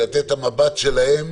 לתת את המבט שלהם